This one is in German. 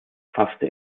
fasste